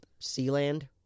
Sealand